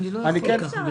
אי אפשר,